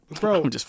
Bro